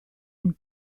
and